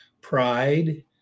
Pride